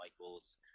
Michaels